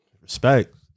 Respect